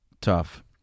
Tough